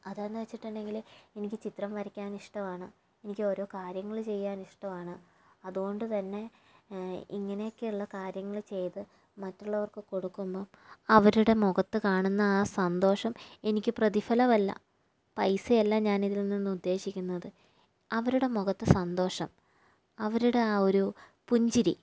അതെന്ന് വെച്ചിട്ടുണ്ടെങ്കില് എനിക്ക് ചിത്രം വരയ്ക്കാൻ ഇഷ്ടമാണ് എനിക്കോരോ കാര്യങ്ങള് ചെയ്യാൻ ഇഷ്ടമാണ് അതുകൊണ്ട് തന്നെ ഇങ്ങനെയൊക്കെയുള്ള കാര്യങ്ങള് ചെയ്ത് മറ്റുള്ളവർക്ക് കൊടുക്കുമ്പം അവരുടെ മുഖത്ത് കാണുന്ന ആ സന്തോഷം എനിക്ക് പ്രതിഫലമല്ല പൈസ അല്ല ഞാൻ ഇതിൽ നിന്ന് ഉദ്ദേശിക്കുന്നത് അവരുടെ മുഖത്തെ സന്തോഷം അവരുടെ ആ ഒരു പുഞ്ചിരി